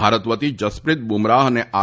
ભારતવતી જસપ્રીત બુમરાહ અને આર